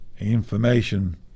information